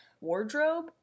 wardrobe